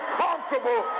comfortable